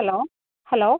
hello hello